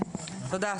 תודה.